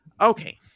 Okay